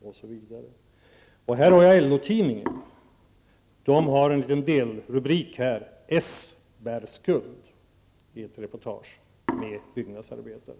I LO-tidningen har man i ett reportage om byggnadsarbetare en liten delrubrik som säger ''s bär skuld''.